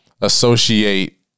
associate